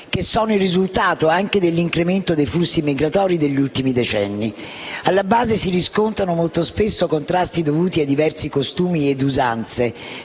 che sono il risultato anche dell'incremento dei flussi migratori degli ultimi decenni. Alla base si riscontrano molto spesso contrasti dovuti ai diversi costumi e usanze,